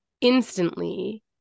instantly